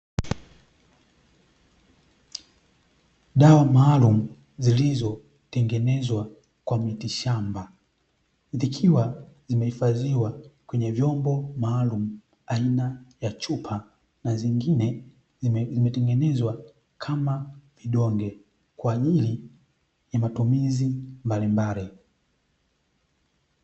Dawa maalumu zilizotengenezwa kwa miti shamba, zikiwa zimehifadhiwa kwenye vyombo maalumu aina ya chupa na zingine zimetengezwa kama vidonge kwa ajili ya matumizi mbalimbali.